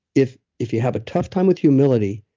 if if you have a tough time with humility,